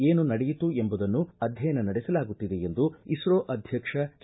ಏನು ನಡೆಯಿತು ಎಂಬುದನ್ನು ಅಧ್ಯಯನ ನಡೆಸಲಾಗುತ್ತಿದೆ ಎಂದು ಇಸ್ರೋ ಅಧ್ಯಕ್ಷ ಕೆ